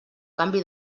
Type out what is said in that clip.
canvi